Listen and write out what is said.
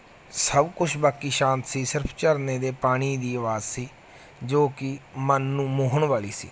ਸਭ ਕੁਛ ਬਾਕੀ ਸ਼ਾਂਤ ਸੀ ਸਿਰਫ ਝਰਨੇ ਦੇ ਪਾਣੀ ਦੀ ਆਵਾਜ਼ ਸੀ ਜੋ ਕਿ ਮਨ ਨੂੰ ਮੋਹਣ ਵਾਲੀ ਸੀ